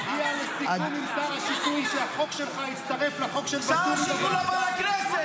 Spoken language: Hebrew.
תגיע לסיכום עם שר השיכון שהחוק שלך יצטרף לחוק של ואטורי בוועדה.